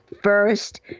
first